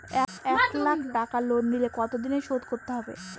এক লাখ টাকা লোন নিলে কতদিনে শোধ করতে হবে?